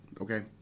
okay